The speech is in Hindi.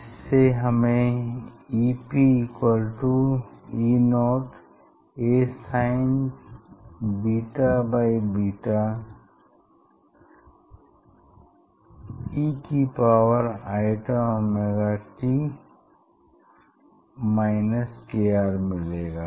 इससे हमें Ep E0 a sin beta beta e की पावर i मिलेगा